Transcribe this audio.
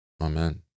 Amen